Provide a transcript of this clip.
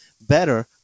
better